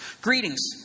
Greetings